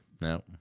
No